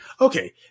okay